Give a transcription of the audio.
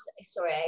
sorry